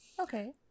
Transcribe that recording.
Okay